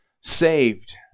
saved